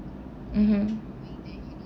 mmhmm